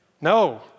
No